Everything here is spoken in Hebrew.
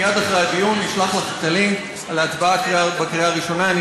מייד אחרי הדיון אשלח לך את הלינק על ההצבעה בקריאה הראשונה.